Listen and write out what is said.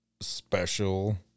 special